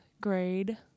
grade